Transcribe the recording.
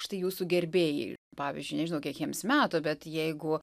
štai jūsų gerbėjai pavyzdžiui nežinau kiek jiems metų bet jeigu